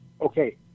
Okay